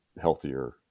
healthier